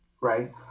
right